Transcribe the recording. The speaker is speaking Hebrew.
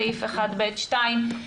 סעיף 1(ב)(2).